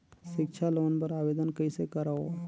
सिक्छा लोन बर आवेदन कइसे करव?